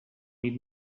need